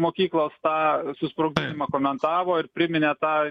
mokyklos tą susprogdinimą komentavo ir priminė tą